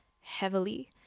heavily